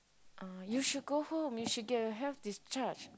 uh you should go home you should get a health discharge